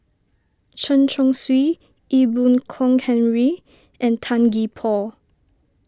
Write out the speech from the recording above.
Chen Chong Swee Ee Boon Kong Henry and Tan Gee Paw